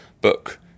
book